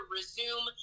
resume